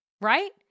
Right